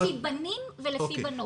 לפי בנים ולפי בנות.